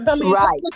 Right